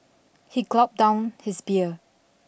he gulped down his beer